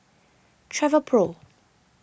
Travelpro